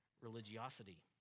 religiosity